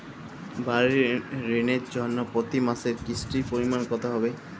বাড়ীর ঋণের জন্য প্রতি মাসের কিস্তির পরিমাণ কত হবে?